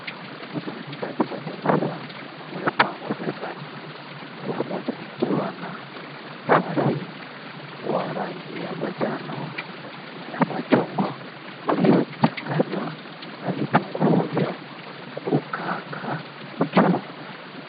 Sahani tau za chakula zimepangwa mezani kila moja ikiwa na wali wa rangi ya manjano na machungwa uliochanganywa na vitunguu vya kukaangwa juu.